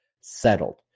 settled